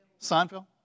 Seinfeld